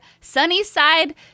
Sunnyside